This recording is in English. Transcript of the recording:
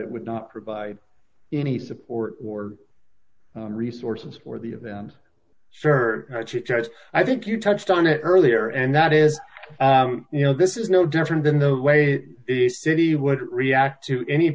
it would not provide any support or resources for the of the sir as i think you touched on it earlier and that is you know this is no different than the way the city would react to any